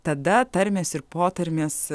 tada tarmės ir potarmės